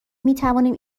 میتوانیم